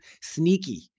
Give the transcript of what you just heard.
Sneaky